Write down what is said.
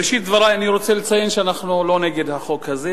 בראשית דברי אני רוצה לציין שאנחנו לא נגד החוק הזה.